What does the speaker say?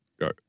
go